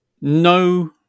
no